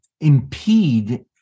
impede